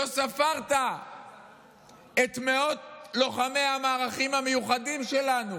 לא ספרת את מאות לוחמי המערכים המיוחדים שלנו.